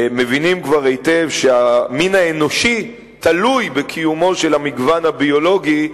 כבר מבינים היטב שהמין האנושי תלוי בקיומו של המגוון הביולוגי,